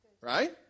right